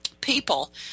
people